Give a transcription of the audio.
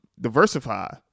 Diversify